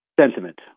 sentiment